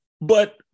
But-